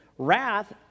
Wrath